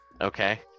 Okay